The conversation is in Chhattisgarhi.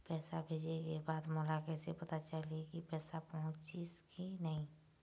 पैसा भेजे के बाद मोला कैसे पता चलही की पैसा पहुंचिस कि नहीं?